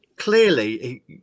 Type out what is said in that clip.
Clearly